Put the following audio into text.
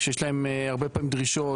שיש להן הרבה פעמים דרישות.